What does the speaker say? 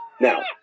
Now